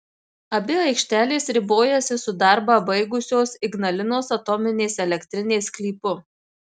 abi aikštelės ribojasi su darbą baigusios ignalinos atominės elektrinės sklypu